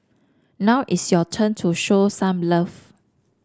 now it's your turn to show some love